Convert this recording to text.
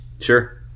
Sure